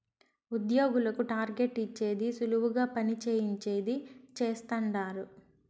ఉద్యోగులకు టార్గెట్ ఇచ్చేది సులువుగా పని చేయించేది చేస్తండారు